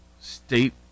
state